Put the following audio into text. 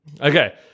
Okay